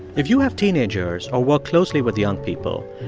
if you have teenagers or work closely with young people,